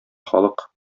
халык